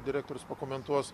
direktorius pakomentuos